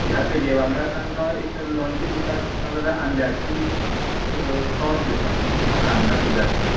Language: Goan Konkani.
ह्या पेजे वांगडा तांकां एक तर लोणचें दितात नाजाल्यार आंब्याची तोर दितात जें खळान घातिल्लें आसता